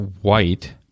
White